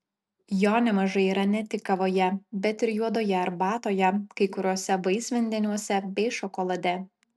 jo nemažai yra ne tik kavoje bet ir juodoje arbatoje kai kuriuose vaisvandeniuose bei šokolade